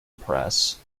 press